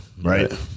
Right